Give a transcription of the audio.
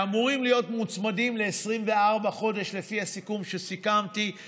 שאמורים להיות מוצמדים ל-24 חודשים לפי